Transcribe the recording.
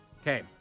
Okay